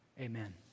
Amen